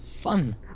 fun